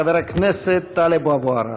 חבר הכנסת טלב אבו עראר.